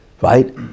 Right